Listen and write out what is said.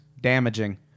damaging